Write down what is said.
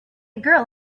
girl